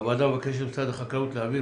הוועדה מבקשת ממשרד החקלאות להעביר